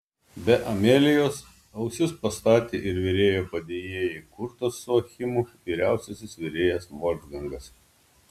be amelijos ausis pastatė ir virėjo padėjėjai kurtas su achimu vyriausiasis virėjas volfgangas